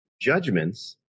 judgments